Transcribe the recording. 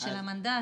של המנדט,